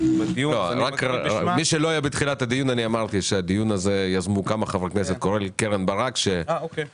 אמרתי בתחילת הדיון שקרן ברק היא בין יוזמי הדיון הזה,